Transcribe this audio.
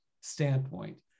standpoint